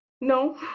No